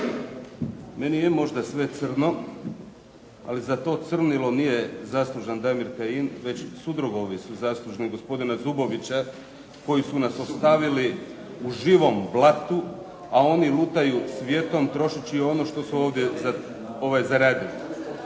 Meni je možda sve crno, ali za to crnilo nije zaslužan Damir Kajin već sudrugovi su zaslužni gospodina Zubovića, koji su nas ostavili u živom blatu, a oni lutaju svijetom trošeći ono što su ovdje zaradili.